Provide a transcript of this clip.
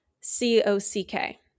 C-O-C-K